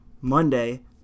Monday